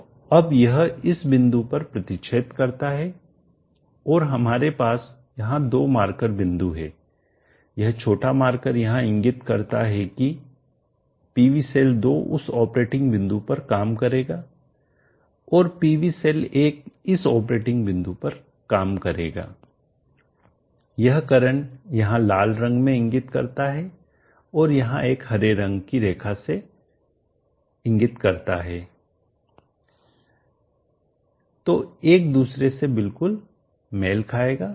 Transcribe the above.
तो अब यह इस बिंदु पर प्रतिच्छेद करता है और हमारे पास यहां दो मार्कर बिंदु हैं यह छोटा मार्कर यहां इंगित करता है कि PV सेल 2 उस ऑपरेटिंग बिंदु पर काम करेगा और PV सेल 1 इस ऑपरेटिंग बिंदु पर काम करेगा यह करंट यहां लाल रंग में इंगित करता है और यहां एक हरे रंग की रेखा से संकेत इंगित करता है जो एक दूसरे से बिल्कुल मेल खाएगा